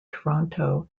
toronto